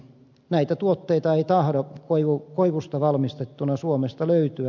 näitä tuotteita ei tahdo koivusta valmistettuina suomesta löytyä